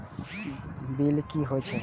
Bill की हौए छै?